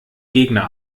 gegner